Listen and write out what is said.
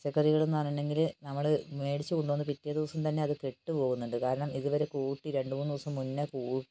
പച്ചക്കറികളെന്ന് പറയണമെങ്കില് നമ്മള് മേടിച്ച് കൊണ്ടുവന്ന് പിറ്റേ ദിവസം തന്നെ അത് കെട്ടുപോകുന്നുണ്ട് കാരണം ഇതുവരെ കൂട്ടി രണ്ട് മൂന്ന് ദിവസം മുന്നെ കൂട്ടി